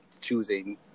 choosing